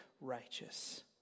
righteous